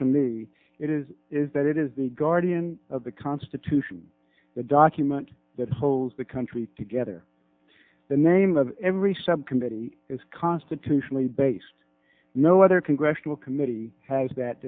to me it is is that it is the guardian of the constitution the document that holds the country together the name of every subcommittee is constitutionally based no other congressional committee has